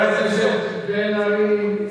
חבר הכנסת בן-ארי.